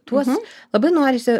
tuos labai norisi